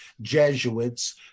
Jesuits